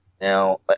Now